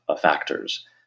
factors